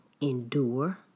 endure